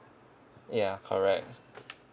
ya correct